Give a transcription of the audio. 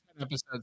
episodes